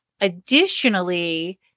Additionally